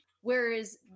Whereas